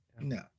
no